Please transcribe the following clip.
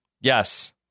Yes